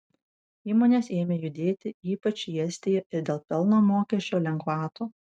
įmonės ėmė judėti ypač į estiją ir dėl pelno mokesčio lengvatų